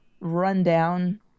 rundown